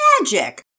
magic